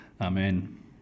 Amen